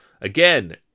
Again